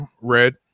red